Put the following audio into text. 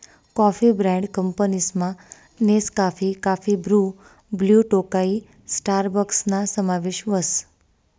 coffee brand कंपनीसमा Nescafe, काफी Bru, Blue Tokai स्टारबक्सना समावेश व्हस